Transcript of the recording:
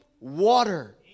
water